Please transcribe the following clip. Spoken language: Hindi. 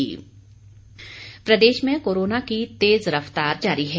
कोरोना प्रदेश में कोरोना की तेज रफ्तार जारी है